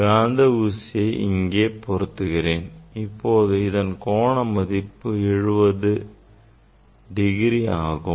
காந்த ஊசியை இங்கே பொருத்துகிறேன் இப்போது இதன் கோண மதிப்பு 70 டிகிரி ஆகும்